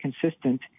consistent